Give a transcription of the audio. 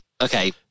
Okay